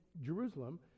Jerusalem